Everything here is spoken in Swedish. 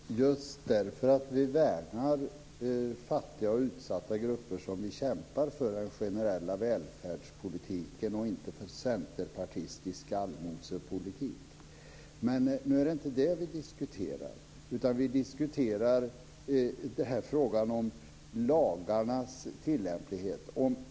Fru talman! Det är just därför att vi värnar fattiga och utsatta grupper som vi kämpar för den generella välfärdspolitiken och inte för centerpartistisk allmosepolitik. Men nu är det inte det som vi diskuterar, utan vi diskuterar frågan om lagarnas tillämplighet.